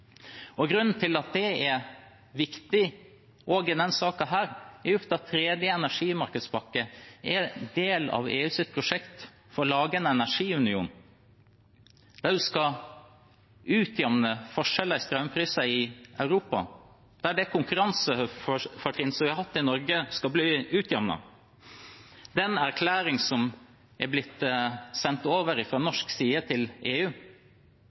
Grunnen til at det er viktig, også i denne saken, er at EUs tredje energimarkedspakke er en del av EUs prosjekt for å lage en energiunion. Den skal utjevne forskjeller i strømpriser i Europa, der konkurransefortrinnene vi har hatt i Norge, skal utjevnes. Erklæringen som er oversendt fra norsk side til EU, er sendt som en ren orientering fra norsk side.